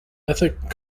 ethnic